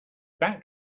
back